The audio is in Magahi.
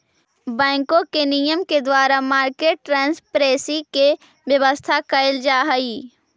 बैंकों के नियम के द्वारा मार्केट ट्रांसपेरेंसी के व्यवस्था कैल जा हइ